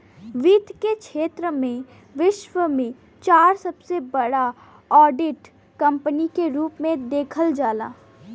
वित्त के क्षेत्र में विश्व में चार सबसे बड़ा ऑडिट कंपनी के रूप में देखल जाला